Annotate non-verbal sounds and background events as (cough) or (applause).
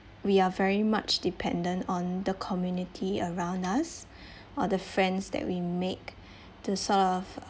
we are very much dependent on the community around us (breath) or the friends that we make to sort of